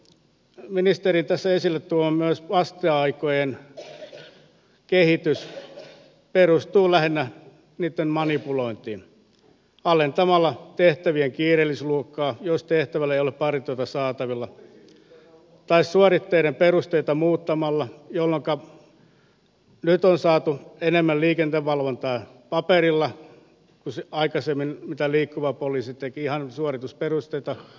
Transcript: ministerin myös tässä esille tuoma vasteaikojen kehitys perustuu lähinnä niitten manipulointiin alentamalla tehtävien kiireellisyysluokkaa jos tehtävälle ei ole partiota saatavilla tai muuttamalla suoritteiden perusteita jolloinka nyt on saatu paperilla enemmän liikenteen valvontaa kuin mitä liikkuva poliisi aikaisemmin teki ihan suoriteperusteita on muutettu